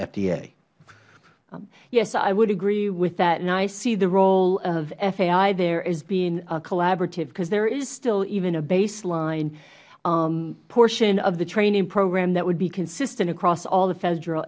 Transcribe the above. jenkins yes i would agree with that and i see the role of fai there as being a collaborative because there is still even a baseline portion of the training program that would be consistent across all the federal